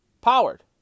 powered